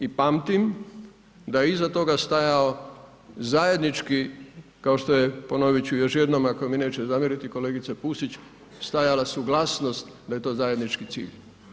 I pamtim da je iza toga stajao zajednički, kao što je ponoviti ću još jednom, ako mi neće zamjeriti kolegica Pusić, stajala suglasnost da je to zajednički cilj.